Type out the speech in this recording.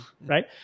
right